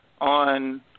on